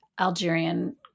Algerian